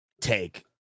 take